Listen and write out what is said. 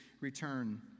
return